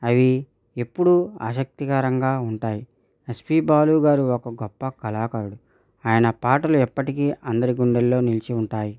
అవి ఎప్పుడు ఆసక్తికరంగా ఉంటాయి ఎస్పి బాలు గారు ఒక గొప్ప కళాకారుడు ఆయన పాటలు ఎప్పటికీ అందరి గుండెల్లో నిలిచి ఉంటాయి